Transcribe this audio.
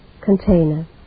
container